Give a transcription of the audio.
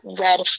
red